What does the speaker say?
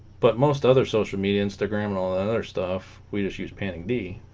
but most other social media instagram and all other stuff we just use panting d